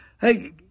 Hey